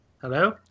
Hello